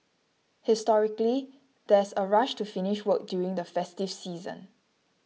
historically there's a rush to finish work during the festive season